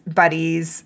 buddies